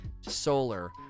solar